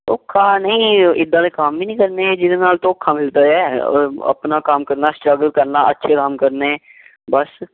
ਧੋਖਾ ਨਹੀਂ ਇੱਦਾਂ ਦੇ ਕੰਮ ਹੀ ਨਹੀਂ ਕਰਨੇ ਜਿਹਦੇ ਨਾਲ ਧੋਖਾ ਮਿਲਦਾ ਹੈ ਅਗਰ ਆਪਣਾ ਕੰਮ ਕਰਨਾ ਸਟਰਗਲ ਕਰਨਾ ਅੱਛੇ ਕੰਮ ਕਰਨੇ ਬਸ